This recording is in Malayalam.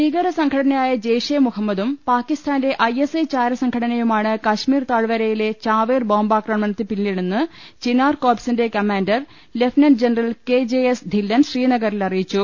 ഭീകരസംഘടനയായ ജയ്ഷെ മുഹമ്മദും പാക്കിസ്ഥാന്റെ ഐ എസ് ഐ ചാരസംഘടനയുമാണ് കശ്മീർ താഴ്വരയിലെ ചാവേർ ബോംബാക്രമണത്തിന് പിന്നിലെന്ന് ചിനാർ കോർപ്സിന്റെ commander lieutenant general K J S Dhillon ശ്രീനഗറിൽ അറിയിച്ചു